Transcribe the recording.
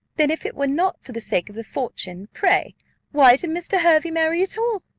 then if it were not for the sake of the fortune, pray why did mr. hervey marry at all?